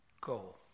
go